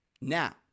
Now